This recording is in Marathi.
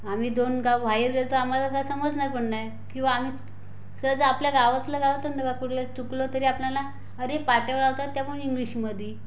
आम्ही दोन गाव बाहेर गेलो तर आम्हाला काय समजणार पण नाही किंवा आम्ही सहज आपल्या गावातल्या गावातून नका करू काही चुकलं तरी आपल्याला अरे पाट्या लावता त्या पण इंग्लिशमध्ये